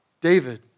David